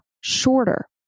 shorter